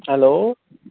hello